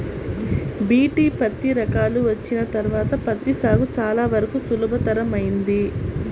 BT పత్తి రకాలు వచ్చిన తర్వాత పత్తి సాగు చాలా వరకు సులభతరమైంది